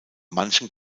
manchen